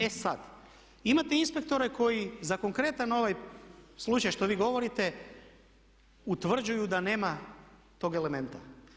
E sad, imate inspektore koji za konkretan ovaj slučaj što vi govorite utvrđuju da nema tog elementa.